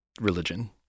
religion